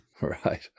right